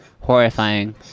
horrifying